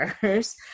first